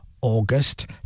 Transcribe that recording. August